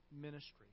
ministry